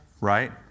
right